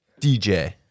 DJ